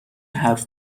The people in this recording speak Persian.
حرف